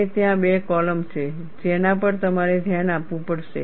અને ત્યાં બે કૉલમ છે જેના પર તમારે ધ્યાન આપવું પડશે